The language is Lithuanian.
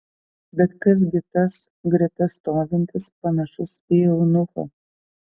bet kas gi tas greta stovintis panašus į eunuchą